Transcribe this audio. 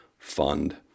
fund